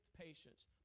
patience